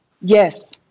Yes